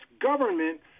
government